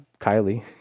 kylie